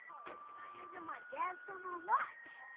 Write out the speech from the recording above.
and like dad's silver watch.